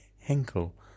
Henkel